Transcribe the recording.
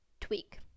tweak